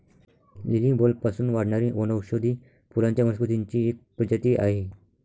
lily ही बल्बपासून वाढणारी वनौषधी फुलांच्या वनस्पतींची एक प्रजाती आहे